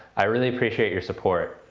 i really appreciate your support.